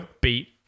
beat